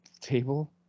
table